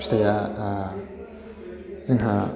फिथाइआ जोंहा